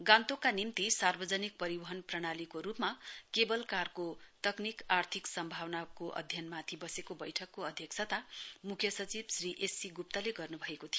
गान्तोकका निम्ति सार्वजनिक परिवहन प्रणालीको रूपमा केबल कारको तकनिकी आर्थिक सम्मेलनबारे अध्ययनमाथि बसेको बैठकको अध्यक्षताम मुख्य सचिव श्री एससी गुप्तले गर्न भएको थियो